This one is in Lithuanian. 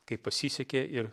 kaip pasisekė ir